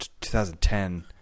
2010